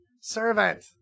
Servant